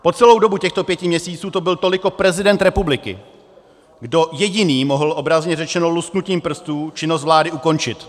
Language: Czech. Po celou dobu těchto pěti měsíců to byl toliko prezident republiky, kdo jediný mohl, obrazně řečeno, lusknutím prstů činnost vlády ukončit.